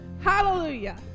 Hallelujah